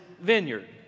vineyard